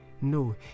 No